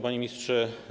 Panie Ministrze!